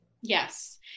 Yes